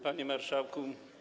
Panie Marszałku!